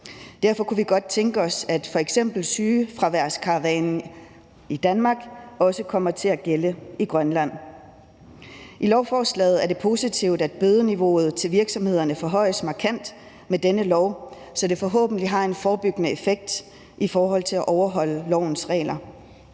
Derfor kunne vi godt tænke os, at f.eks. sygefraværskravene i Danmark også kommer til at gælde i Grønland. I lovforslaget er det positivt, at bødeniveauet til virksomhederne forhøjes markant, så det forhåbentlig har en forebyggende effekt i forhold til at overholde lovens regler.